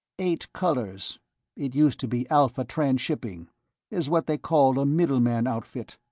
eight colors it used to be alpha transshipping is what they call a middleman outfit.